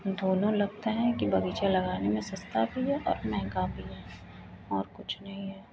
दोनों लगता है कि बगीचा लगाने में सस्ता भी है महंगा भी है और कुछ नहीं है